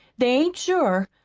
they ain't sure.